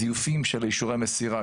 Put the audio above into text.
זיופים של אישורי המסירה.